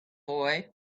boy